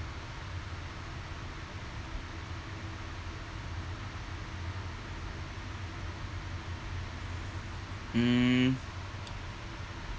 mm